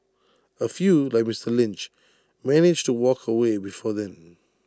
A few like Mister Lynch manage to walk away before then